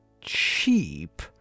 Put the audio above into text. cheap